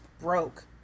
broke